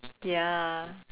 ya